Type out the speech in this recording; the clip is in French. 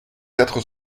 quatre